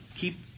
keep